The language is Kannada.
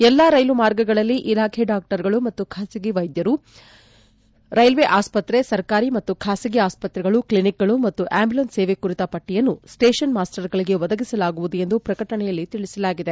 ಎಲ್ಲಾ ರೈಲು ಮಾರ್ಗಗಳಲ್ಲಿ ಇಲಾಖೆಯ ಡಾಕ್ವರ್ಗಳು ಮತ್ತು ಖಾಸಗಿ ವೈದ್ಯರು ರೈಲ್ವೆ ಆಸ್ತತ್ರೆ ಸರ್ಕಾರಿ ಮತ್ತು ಖಾಸಗಿ ಆಸ್ಪತ್ರೆಗಳು ಕ್ಷಿನಿಕ್ಗಳು ಹಾಗೂ ಅಂಬುಲೆನ್ಸ್ ಸೇವೆ ಕುರಿತ ಪಟ್ಟಿಯನ್ನು ಸ್ಕೇಷನ್ ಮಾಸ್ವರ್ಗಳಿಗೆ ಒದಗಿಸಲಾಗುವುದು ಎಂದು ಪ್ರಕಟಣೆಯಲ್ಲಿ ತಿಳಿಸಲಾಗಿದೆ